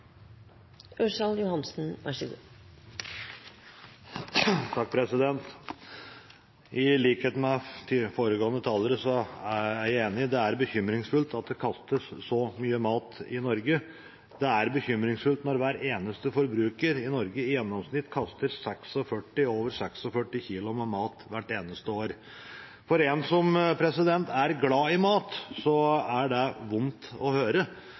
i at det er bekymringsfullt at det kastes så mye mat i Norge. Det er bekymringsfullt når hver eneste forbruker i Norge i gjennomsnitt kaster over 46 kg mat hvert eneste år. For en som er glad i mat, er det vondt å høre.